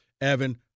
Evan